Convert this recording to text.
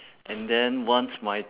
and then once my